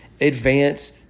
Advance